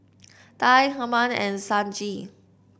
Tye Herman and Sonji